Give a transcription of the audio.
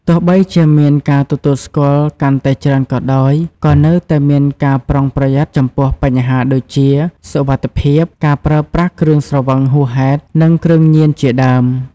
ទោះបីជាមានការទទួលស្គាល់កាន់តែច្រើនក៏ដោយ ក៏នៅតែមានការប្រុងប្រយ័ត្នចំពោះបញ្ហាដូចជា សុវត្ថិភាព ការប្រើប្រាស់គ្រឿងស្រវឹងហួសហេតុ និងគ្រឿងញៀនជាដើម ។